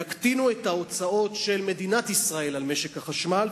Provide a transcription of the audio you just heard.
יקטינו את ההוצאות של מדינת ישראל על משק החשמל,